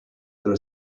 there